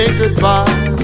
goodbye